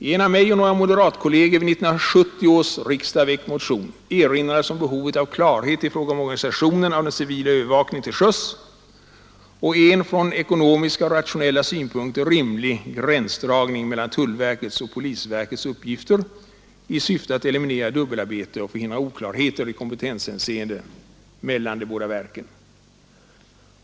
I en av mig och några moderatkolleger vid 1970 års riksdag väckt motion erinrades om behovet av klarhet i fråga om organisationen av den civila övervakningen till sjöss och en från ekonomiska och rationella synpunkter rimlig gränsdragning mellan tullverkets och polisverkets uppgifter i syfte att eliminera dubbelarbete och förhindra oklarheter i kompetenshänseende mellan de båda verken.